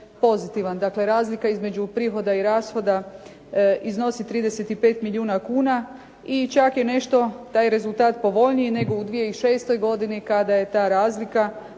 pozitivan. Dakle razlika između prihoda i rashoda iznosi 35 milijuna kuna i čak je nešto taj rezultat povoljniji nego u 2006. godini kada je ta razlika